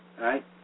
right